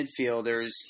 midfielders